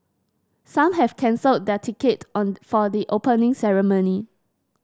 some have cancelled their ticket on for the Opening Ceremony